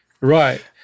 Right